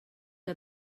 que